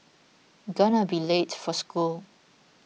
gonna be late for school